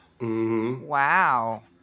Wow